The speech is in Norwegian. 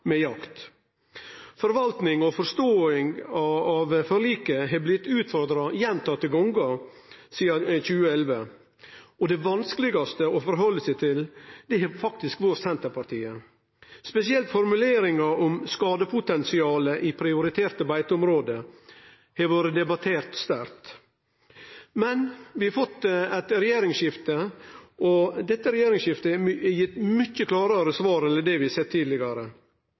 med jakt. Forvaltninga og forståinga av forliket er blitt utfordra gjentatte gonger sidan 2011, og det vanskelegaste punktet har faktisk vore Senterpartiet. Spesielt formuleringa om skadepotensialet i prioriterte beiteområde har vore debattert sterkt. Men vi har fått eit regjeringsskifte, og dette regjeringsskiftet har gitt mykje klarare svar enn det vi har sett tidlegare.